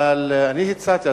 אבל אני הצעתי,